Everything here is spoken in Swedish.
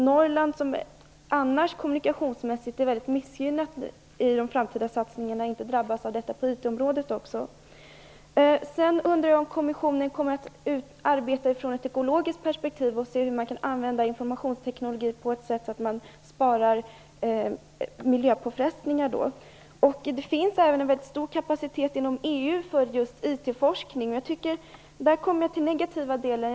Norrland är väldigt missgynnat kommunikationsmässigt i de framtida satsningarna och bör inte drabbas av att bli missgynnat också på Sedan undrar jag om kommissionen kommer att arbeta från ett ekologiskt perspektiv och se hur man kan använda informationsteknologi på ett sätt som minskar miljöpåfrestningarna. Det finns en stor kapacitet inom EU för IT forskning. Där kommer jag till en negativ synpunkt.